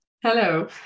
Hello